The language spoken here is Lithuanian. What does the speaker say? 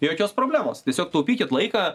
jokios problemos tiesiog taupykit laiką